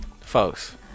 Folks